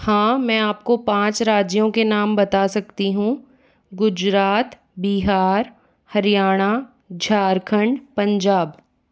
हाँ मैं आपको पाँच राज्यों के नाम बता सकती हूँ गुजरात बिहार हरियाणा झारखंड पंजाब